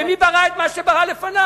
ומי ברא את מה שברא לפניו?